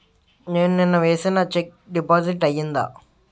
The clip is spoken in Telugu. నేను నిన్న వేసిన చెక్ డిపాజిట్ అయిందా?